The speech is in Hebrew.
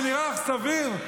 זה נראה לך סביר?